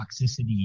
toxicity